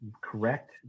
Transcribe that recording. correct